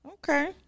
Okay